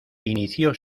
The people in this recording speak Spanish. inició